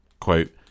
Quote